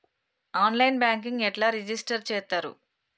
On line banking ఎట్లా register చేత్తరు?